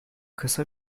kısa